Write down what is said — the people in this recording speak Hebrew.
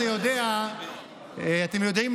אתם יודעים,